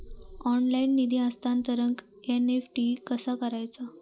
Online निधी हस्तांतरणाक NEFT कसा वापरायचा?